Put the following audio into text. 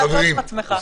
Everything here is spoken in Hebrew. תודה רבה, חברים.